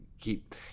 keep